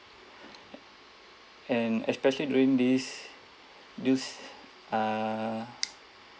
and especially during this this uh